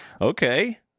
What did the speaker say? Okay